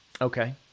Okay